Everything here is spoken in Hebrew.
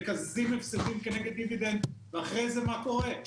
מקזזים הפסדים כנגד דיבידנד ואחרי זה מה קורה?